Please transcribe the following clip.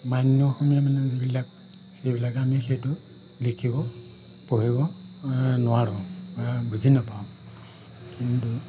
মান্য অসমীয়া মানুহ যিবিলাক সেইবিলাক আমি সেইটো লিখিব পঢ়িব নোৱাৰোঁ বা বুজি নাপাওঁ কিন্তু